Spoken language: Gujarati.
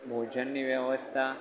ભોજનની વ્યવસ્થા